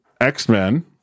X-Men